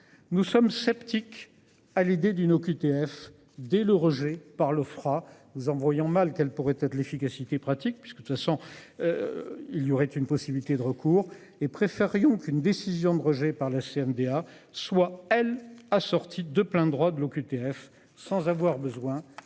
Nous sommes sceptiques à l'idée d'une OQTF dès le rejet par le froid. Nous envoyons mal qu'elle pourrait être l'efficacité pratique puisque de toute façon. Il y aurait une possibilité de recours et préférions qu'une décision de rejet par la CNDA soit. Assortie de plein droit de l'OQTF sans avoir besoin de saisir